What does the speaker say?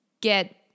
get